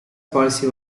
policy